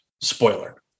spoiler